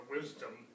Wisdom